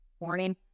morning